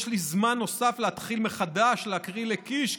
יש לי זמן נוסף להתחיל מחדש להקריא לקיש?